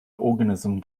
organism